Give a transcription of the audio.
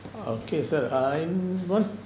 okay so err I'm gonna